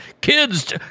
Kids